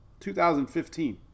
2015